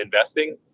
investing